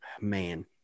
Man